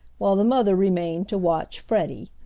while the mother remained to watch freddie.